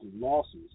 losses